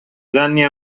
gianni